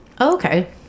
Okay